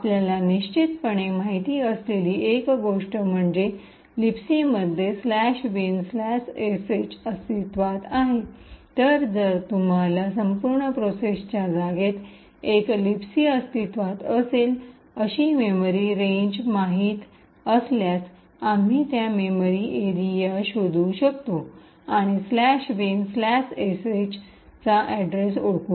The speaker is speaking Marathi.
आपल्याला निश्चितपणे माहित असलेली एक गोष्ट म्हणजे लिबसी मध्ये " bin sh" अस्तित्त्वात आहे तर जर तुम्हाला संपूर्ण प्रोसेसच्या जागेत एक लिबसीअस्तित्त्वात असेल अशी मेमरी रेंज माहित असल्यास आम्ही त्या मेमरी एरिया शोधू शकतो आणि "binsh"चा अड्रेस ओळखू